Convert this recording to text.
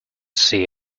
see